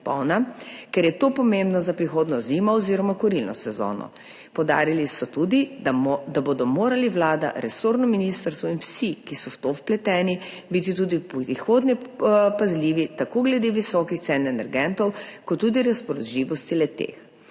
ker je to pomembno za prihodnjo zimo oziroma kurilno sezono. Poudarili so tudi, da bodo morali Vlada, resorno ministrstvo in vsi, ki so v to vpleteni, biti tudi v prihodnje pazljivi tako glede visokih cen energentov kot tudi razpoložljivosti le-teh.